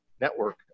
network